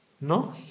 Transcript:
No